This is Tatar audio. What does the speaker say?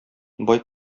бай